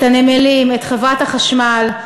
את הנמלים, את חברת החשמל.